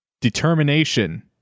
determination